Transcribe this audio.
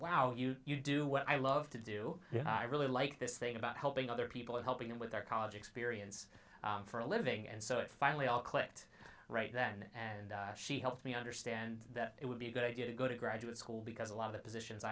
wow you do what i love to do and i really like this thing about helping other people and helping them with their college experience for a living and so it finally all clicked right then and she helped me understand that it would be a good idea to go to graduate school because a lot of the positions